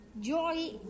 Joy